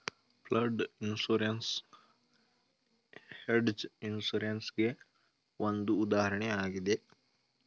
flood insurance hedge insurance ಗೆ ಒಂದು ಉದಾಹರಣೆಯಾಗಿದೆ